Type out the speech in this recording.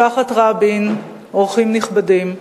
משפחת רבין, אורחים נכבדים,